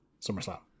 SummerSlam